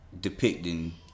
depicting